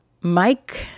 Mike